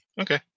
Okay